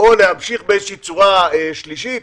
או להמשיך באיזושהי צורה שלישית,